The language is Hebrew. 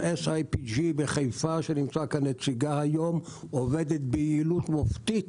חברת SIPG בחיפה שנמצא כאן נציגה היום עובדת ביעילות מופתית.